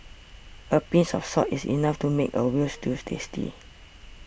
a pinch of salt is enough to make a Veal Stew tasty